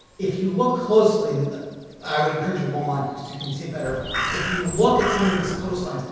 if you look closely and i would encourage you to go online because you can see better if you look at some of these coastlines,